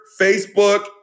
Facebook